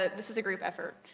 ah this is a group effort.